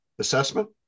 assessment